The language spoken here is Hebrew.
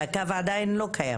הקו עדיין לא קיים.